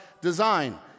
design